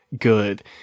good